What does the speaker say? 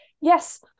yes